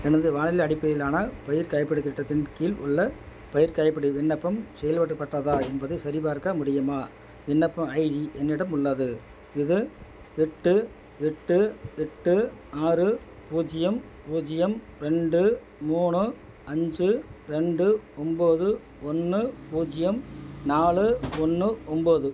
எனது வானிலை அடிப்படையிலான பயிர் காப்பீடுத் திட்டத்தின் கீழ் உள்ள பயிர்க் காப்பீடு விண்ணப்பம் செயல்படப்பட்டதா என்பதைச் சரிபார்க்க முடியுமா விண்ணப்ப ஐடி என்னிடம் உள்ளது இது எட்டு எட்டு எட்டு ஆறு பூஜ்ஜியம் பூஜ்ஜியம் ரெண்டு மூணு அஞ்சு ரெண்டு ஒம்பது ஒன்று பூஜ்ஜியம் நாலு ஒன்று ஒம்பது